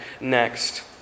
next